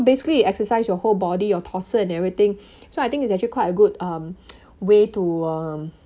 basically exercise your whole body your torso and everything so I think it's actually quite a good um way to uh